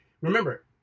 remember